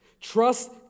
Trust